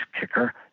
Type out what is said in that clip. kicker